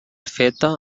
feta